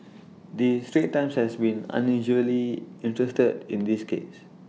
the straits times has been unusually interested in this case